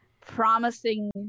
promising